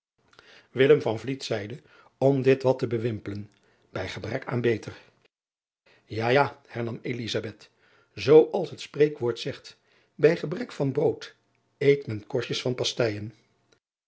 zeide om dit wat te bewimpelen ij gebrek van beter a ja hernam zoo als het spreekwoord zegt bij gebrek van brood eet men korstjes van pastijen